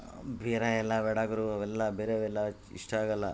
ಬೇರೆಯೆಲ್ಲ ಬೇಡ ಗುರು ಅವೆಲ್ಲ ಬೇರೆವೆಲ್ಲ ಇಷ್ಟ ಆಗೊಲ್ಲ